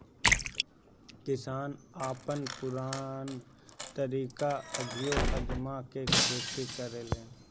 किसान अपन पुरान तरीका अभियो आजमा के खेती करेलें